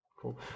Cool